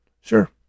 Sure